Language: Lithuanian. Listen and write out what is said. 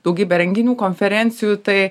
daugybę renginių konferencijų tai